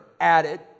added